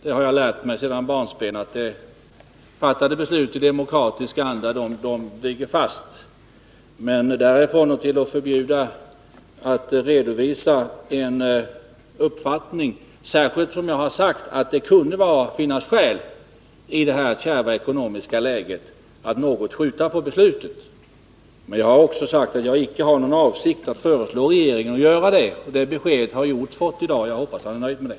Jag har lärt mig från barnsben att i demokratisk anda fattade beslut ligger fast. Men därifrån och till att förbjuda mig att redovisa en uppfattning är steget långt, särskilt som jag har sagt att det i det kärva ekonomiska läget kunde finnas skäl att något skjuta på beslutet. Men jag har också sagt att jag icke har någon avsikt att föreslå regeringen att göra detta, och det beskedet har Nils Hjorth fått i dag. Jag hoppas att han är nöjd med det.